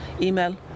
email